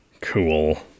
cool